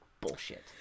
bullshit